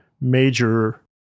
major